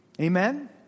Amen